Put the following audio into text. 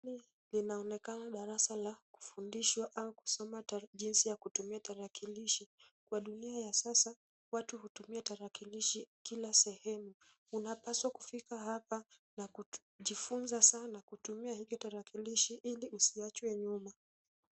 Hili linaonekana darasa la kufundishwa au kusoma jinsi ya kutumia tarakilishi. Kwa dunia ya sasa, watu hutumia tarakilishi kila sehemu. Unapaswa kufika hapa na kujifunza sana kutumia hii tarakilishi ili usiwachwe nyuma.